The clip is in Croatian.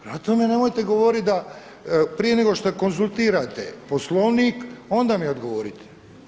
Prema tome, nemojte govoriti da prije nego konzultirate Poslovnik onda mi odgovorite.